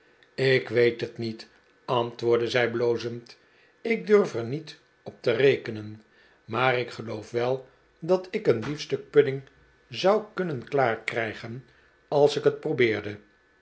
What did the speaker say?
ik weet het niet antwoordde zij blozend ik durf er niet op te rekenen maar ik geloof wel dat ik een biefstuk pudding zou kunnen klaarkrijgen als ik net probeerde